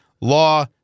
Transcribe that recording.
Law